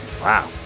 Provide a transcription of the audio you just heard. Wow